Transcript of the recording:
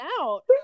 out